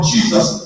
Jesus